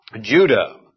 Judah